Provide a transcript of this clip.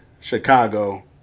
Chicago